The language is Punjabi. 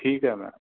ਠੀਕ ਹੈ ਮੈਮ